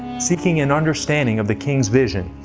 seeking an understanding of the king's vision.